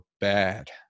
bad